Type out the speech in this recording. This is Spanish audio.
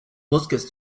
bosques